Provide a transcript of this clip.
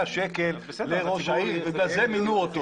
שקל לראש העיר ובגלל זה מינו אותו.